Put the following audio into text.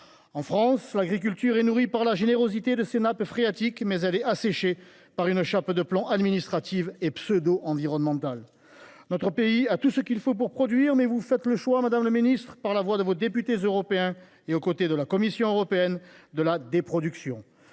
En France, l’agriculture est nourrie par la générosité de ses nappes phréatiques, mais elle est asséchée par une chape de plomb administrative et pseudo environnementale. Notre pays a tout ce qu’il faut pour produire, mais vous faites le choix, madame la ministre, par la voix de vos députés européens et aux côtés de la Commission européenne, de la déproduction